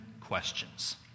questions